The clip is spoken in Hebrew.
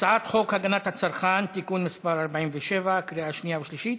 הצעת חוק הגנת הצרכן (תיקון מס' 47) קריאה שנייה ושלישית.